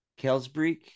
Kelsbreek